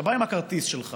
אתה בא עם הכרטיס שלך,